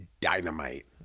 Dynamite